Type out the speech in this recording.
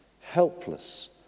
Helpless